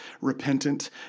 repentant